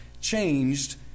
Changed